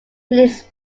his